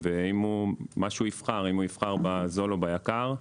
הוא יכול לבחור בזול או ביקר.